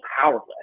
powerless